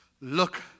Look